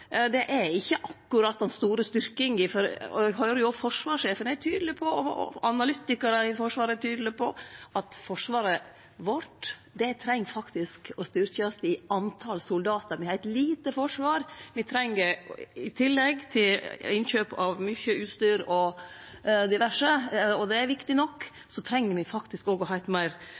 Det er ikkje akkurat den store styrkinga. Eg høyrer jo at òg forsvarssjefen og analytikarar i Forsvaret er tydelege på at Forsvaret vårt faktisk treng å styrkjast i talet på soldatar. Me har eit lite forsvar. I tillegg til innkjøp av mykje utstyr og diverse – og det er viktig nok – treng me faktisk òg eit meir omfangsrikt forsvar i form av menneskeleg kompetanse og